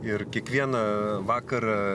ir kiekvieną vakarą